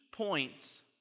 points